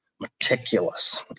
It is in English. meticulous